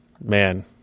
man